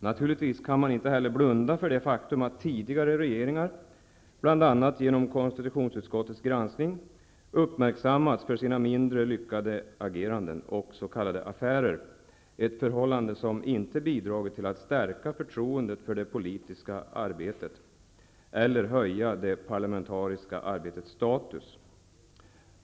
Naturligtvis kan man inte heller blunda för det faktum att tidigare regeringar, bl.a. genom konstitutionsutskottes granskning, uppmärksammats för sina mindre lyckade ageranden, och ''affärer'' -- ett förhållande som inte bidragit till att stärka förtroendet för det politiska livet, eller höja det parlamentariska arbetets status.